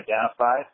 identified